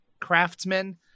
craftsmen